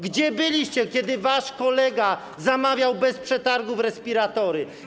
Gdzie byliście, kiedy wasz kolega zamawiał bez przetargów respiratory?